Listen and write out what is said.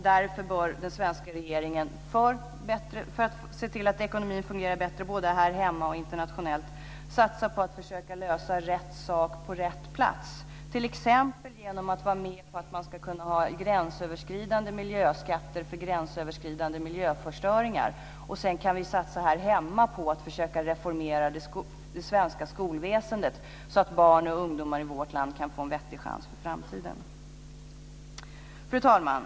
Därför bör den svenska regeringen, för att se till att ekonomin fungerar bättre här hemma och internationellt, satsa på att försöka lösa rätt sak på rätt plats. Man kan t.ex. gå med på gränsöverskridande miljöskatter för gränsöverskridande miljöförstöring. Sedan kan vi satsa här hemma på att försöka reformera det svenska skolväsendet, så att barn och ungdomar i vårt land kan få en vettig chans inför framtiden. Fru talman!